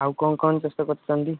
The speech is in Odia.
ଆଉ କ'ଣ କ'ଣ ଚାଷ କରିଛନ୍ତି